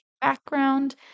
background